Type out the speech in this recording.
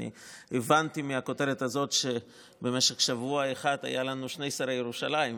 אני הבנתי מהכותרת הזאת שבמשך שבוע אחד היו לנו שני שרי ירושלים,